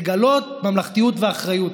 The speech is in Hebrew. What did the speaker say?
לגלות ממלכתיות ואחריות,